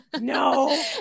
No